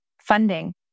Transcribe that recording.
funding